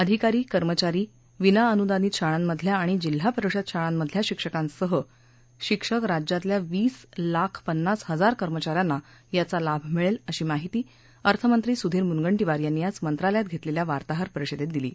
अधिकारी कर्मचारी विनाअनुदानित शाळांमधल्या आणि जिल्हा परिषद शाळांमधल्या शिक्षकांसह शिक्षक राज्यातल्या वीस लाख पन्नास हजार कर्मचाऱ्यांना याचा लाभ मिळेल अशी माहिती अर्थमंत्री सुधीर मुनगंटीवार यांनी आज मंत्रालयात घेतलेल्या वार्ताहरपरिषदेत दिली